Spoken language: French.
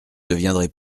deviendrez